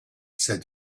said